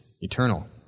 eternal